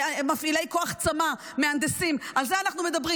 מפעילי כוח צמ"ה, מהנדסים, על זה אנחנו מדברים.